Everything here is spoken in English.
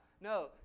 No